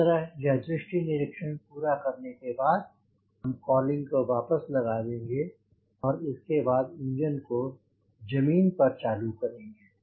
इस तरह यह दृष्टि निरीक्षण पूरा करने के बाद हम कॉलिंग को वापस लगा देंगे और इसके बाद इंजन को जमीन पर चालू करेंगे